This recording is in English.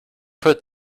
put